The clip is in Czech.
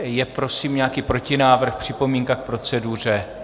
Je prosím nějaký protinávrh, připomínka k proceduře?